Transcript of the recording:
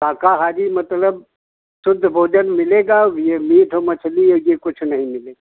शाकाहारी मतलब सुद्ध भोजन मिलेगा ये मीठ मछली है जे कुछ नहीं मिलेगा